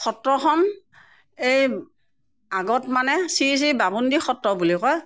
সত্ৰখন এই আগত মানে শ্ৰী শ্ৰী বামুণীআটী সত্ৰ বুলি কয়